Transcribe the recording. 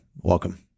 Welcome